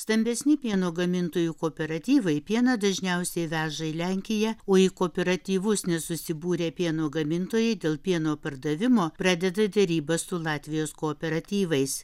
stambesni pieno gamintojų kooperatyvai pieną dažniausiai veža į lenkiją o į kooperatyvus nesusibūrę pieno gamintojai dėl pieno pardavimo pradeda derybas su latvijos kooperatyvais